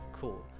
cool